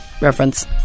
reference